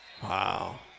Wow